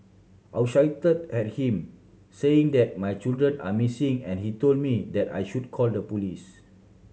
I shouted at him saying that my children are missing and he told me that I should call the police